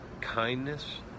kindness